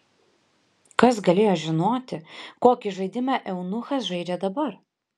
kas galėjo žinoti kokį žaidimą eunuchas žaidžia dabar